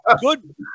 Good